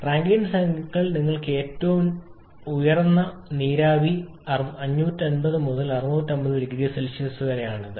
Rankine cycle നിങ്ങൾക്ക് ലഭിക്കുന്ന ഏറ്റവും ഉയർന്ന നീരാവി 550 മുതൽ 600 0C വരെയാണ് ഇത്